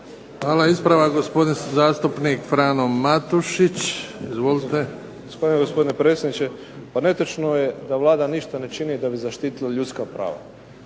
Hvala. Ispravak gospodin zastupnik Frano Matušić. Izvolite. **Matušić, Frano (HDZ)** Zahvaljujem gospodine predsjedniče. Pa netočno je da Vlada ništa ne čini da bi zaštitili ljudska prava.